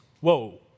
Whoa